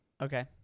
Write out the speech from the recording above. Okay